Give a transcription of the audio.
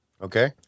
Okay